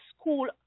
school